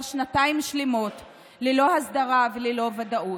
שנתיים שלמות ללא הסדרה וללא ודאות.